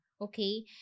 okay